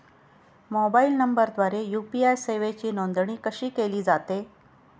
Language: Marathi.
मोबाईल नंबरद्वारे यू.पी.आय सेवेची नोंदणी कशी केली जाते?